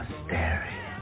staring